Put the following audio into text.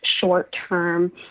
short-term